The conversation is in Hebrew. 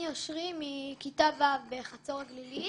אני אושרי מכיתה ו' בחצור הגלילית.